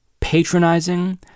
patronizing